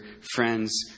friend's